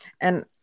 and-